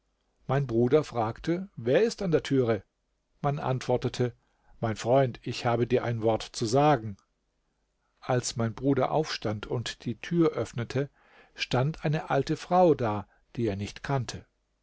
mein bruder fragte wer ist an der türe man antwortete mein freund ich habe dir ein wort zu sagen als mein bruder aufstand und die tür öffnete stand eine alte frau da die er nicht kannte